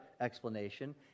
explanation